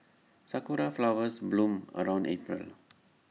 Sakura Flowers bloom around April